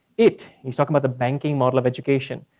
it, he's talking about the banking model of education,